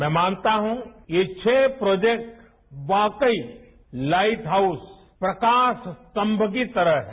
मैं मानता हूं ये छरू प्रोजेक्ट वाकई लाइट हाउस प्रकाश स्तम्भ की तरह हैं